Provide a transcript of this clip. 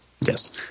Yes